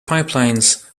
pipelines